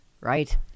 Right